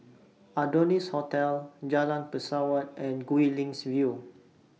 Adonis Hotel Jalan Pesawat and Guilin's View